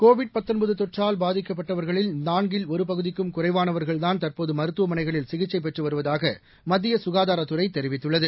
Covid தொற்றால் பாதிக்கப்பட்டவர்களில் நான்கில் ஒரு பகுதிக்கும் குறைவானவர்கள்தான் தற்போது மருத்துவமனைகளில் சிகிச்சை பெற்று வருவதாக மத்திய சுகாதாரத்துறை தெரிவித்துள்ளது